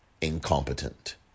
incompetent